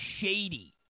shady